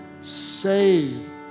save